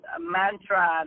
mantra